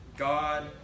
God